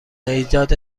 ایجاد